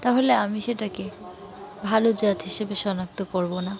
তাহলে আমি সেটাকে ভালো জাত হিসেবে শনাক্ত করবো না